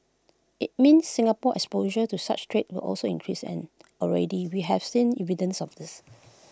IT means Singapore's exposure to such threats will also increase and already we have seen evidence of this